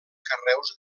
carreus